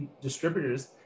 distributors